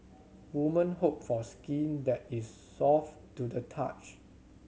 women hope for skin that is soft to the touch